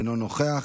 אינו נוכח,